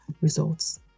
results